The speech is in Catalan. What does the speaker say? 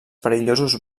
perillosos